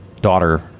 Daughter